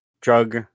drug